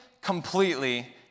completely